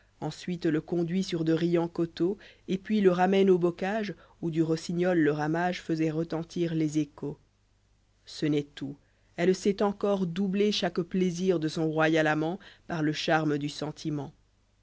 ensuite lé conduit sur de riants coteaux et puis le ramène au bocage où du rossignol le ramage faisoit retentir les échos ce n'est tout elle sait encore doubler chaque plaisir de son royal amant par le charme du sentiment